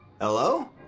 Hello